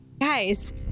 Guys